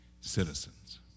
citizens